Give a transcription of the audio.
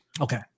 Okay